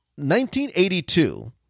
1982